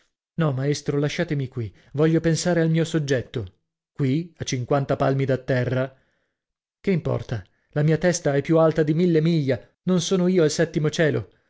no maestro lasciatemi qui voglio pensare al mio soggetto qui a cinquanta palmi da terra che importa la mia testa è più alta di mille miglia non sono io al settimo cielo